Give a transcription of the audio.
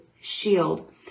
shield